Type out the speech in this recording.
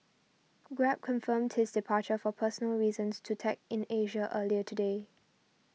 grab confirmed his departure for personal reasons to Tech in Asia earlier today